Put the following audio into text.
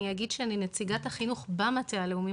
אני אגיד שאני נציגת החינוך במטה הלאומי,